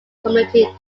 community